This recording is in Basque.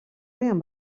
agian